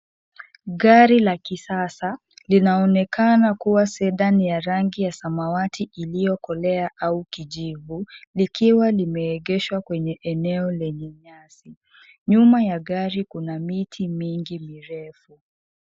Gari la kisasa linaonekana kuwa sedan ya rangi samawati iliyokolea au kijivu likiwa limeegeshwa kwenye eneo lenye nyasi, nyuma ya gari kuna miti mirefu.